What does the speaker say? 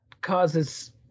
causes